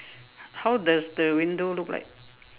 how does the window look like